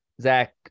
zach